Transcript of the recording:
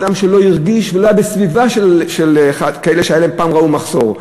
אדם שלא הרגיש ולא היה בסביבה של כאלה שפעם ראו מחסור.